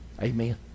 Amen